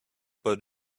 but